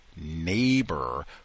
neighbor